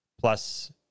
plus